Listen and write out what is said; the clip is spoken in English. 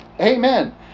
Amen